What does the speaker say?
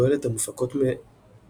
מיום התפרצות ההפרעה הדו-קוטבית ואילך,